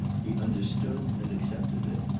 he understood and accepted it.